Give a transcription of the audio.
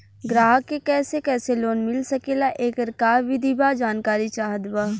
ग्राहक के कैसे कैसे लोन मिल सकेला येकर का विधि बा जानकारी चाहत बा?